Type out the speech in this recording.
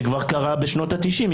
זה כבר קרה בשנות ה-90'.